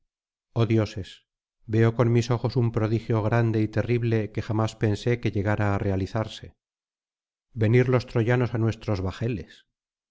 dioses veo con mis ojos un prodigio grande y terrible que jamás pensé que llegara á realizarse venir los troyanos á nuestros bajeles